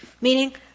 meaning